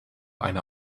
eine